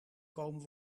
komen